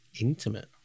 intimate